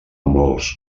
molts